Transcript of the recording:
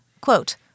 quote